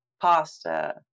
pasta